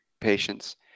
patients